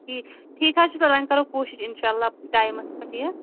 ٹھیٖک ٹھیٖک حظ چھُ سَر وۄنۍ کَرو کوٗشِش انشاءاللہ ٹایِمس پٮ۪ٹھ یہِ